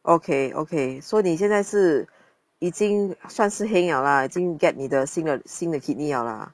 okay okay so 你现在是已经算是 heng liao lah 以经 get 你的新的新的 kidney liao lah